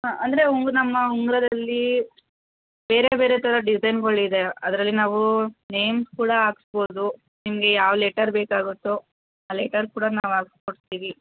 ಹಾಂ ಅಂದರೆ ಉಂಗ್ ನಮ್ಮ ಉಂಗುರದಲ್ಲಿ ಬೇರೆ ಬೇರೆ ಥರ ಡಿಝೈನ್ಗಳಿದೆ ಅದರಲ್ಲಿ ನಾವು ನೇಮ್ಸ್ ಕೂಡ ಹಾಕ್ಸ್ಬೋದು ನಿಮಗೆ ಯಾವ ಲೆಟರ್ ಬೇಕಾಗುತ್ತೋ ಆ ಲೆಟರ್ ಕೂಡ ನಾವು ಹಾಕ್ಸ್ಕೊಡ್ತಿವಿ